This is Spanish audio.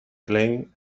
klein